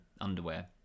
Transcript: underwear